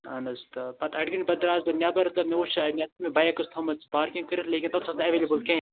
اَہَن حظ تہٕ پتہٕ اَڑِ گَنٛٹہٕ پتہٕ درٛاس بہٕ نٮ۪بَر تہٕ مےٚ وُچھ اتٮ۪تھ مےٚ بایَک ٲسۍ تھٲومٕژ پارکِنٛگ کٔرِتھ لیکِن تَتِس ٲسۍ نہٕ ایٚوَیلیبُل کِہیٖنٛۍ